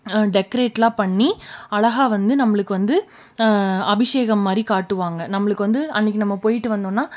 டெக்கரேடெலாம் பண்ணி அழகா வந்து நம்மளுக்கு வந்து அபிஷேகம் மாதிரி காட்டுவாங்க நம்மளுக்கு வந்து அன்றைக்கி நம்ம போய்விட்டு வந்தோனால்